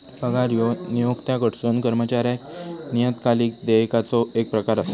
पगार ह्यो नियोक्त्याकडसून कर्मचाऱ्याक नियतकालिक देयकाचो येक प्रकार असा